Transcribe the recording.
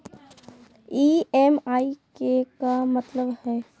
EMI के का मतलब हई?